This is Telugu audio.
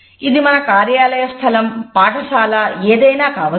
ఇది మన కార్యాలయస్థలం పాఠశాల ఏదైనా కావచ్చు